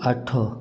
ଆଠ